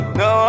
no